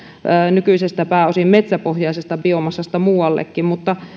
nykyisestä pääosin metsäpohjaisesta biomassasta muuallekin mutta